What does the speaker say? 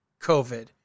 COVID